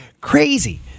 Crazy